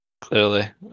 Clearly